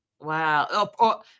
Wow